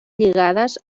lligades